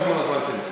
לא על חשבון הזמן שלי.